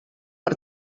per